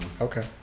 Okay